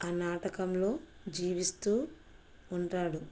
ఆ నాటకంలో జీవిస్తూ ఉంటాడు